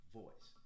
voice